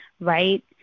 right